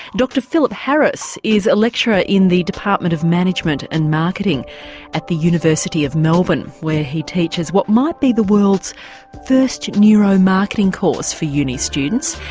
dr philip harris is a lecturer in the department of management and marketing at the university of melbourne, where he teaches what might be the world's first neuromarketing course for uni students,